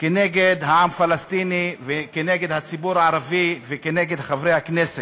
כנגד העם הפלסטיני וכנגד הציבור הערבי וכנגד חברי הכנסת.